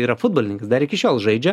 yra futbolininkas dar iki šiol žaidžia